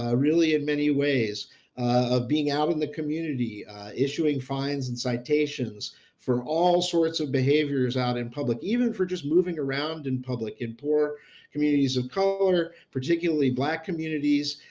ah really, in many ways of being out in the community issuing fines and citations for all sorts of behaviors out in public, even for just moving around in public in poor communities of color, particularly black communities.